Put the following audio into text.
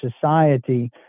society